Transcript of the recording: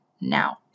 now